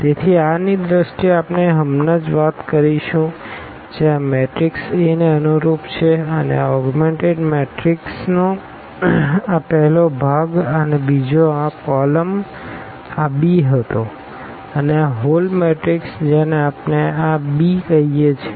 તેથી rની દ્રષ્ટિએ આપણે હમણાં જ વાત કરીશું જે આ મેટ્રિક્સ A ને અનુરૂપ છે આ આ ઓગ્મેનટેડ મેટ્રિક્સનો આ પહેલો ભાગ અને બીજો અહીં આ કોલમ આ b હતો અને આ હોલ મેટ્રિક્સજેને આપણે આ b કહીએ છીએ